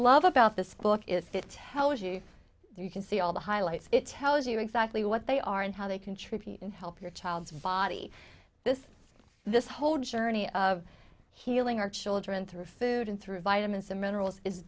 love about this book is tell us if you can see all the highlights it tells you exactly what they are and how they contribute and help your child's body this this whole journey of healing our children through food and through vitamins and minerals i